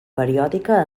periòdica